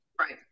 right